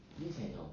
yes and no